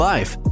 Life